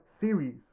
series